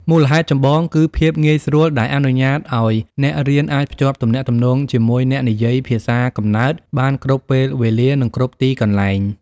មូលហេតុចម្បងគឺភាពងាយស្រួល ដែលអនុញ្ញាតឱ្យអ្នករៀនអាចភ្ជាប់ទំនាក់ទំនងជាមួយអ្នកនិយាយភាសាកំណើតបានគ្រប់ពេលវេលា និងគ្រប់ទីកន្លែង។